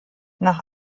nach